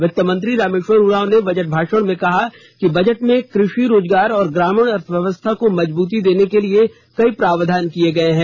वित्त मंत्री रामेश्वर उरांव ने बजट भाषण में कहा कि बजट में कृषि रोजगार और ग्रामीण अर्थव्यवस्था को मजबूती देने के लिए कई प्रावधान किये हैं